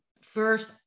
first